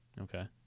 Okay